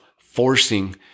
forcing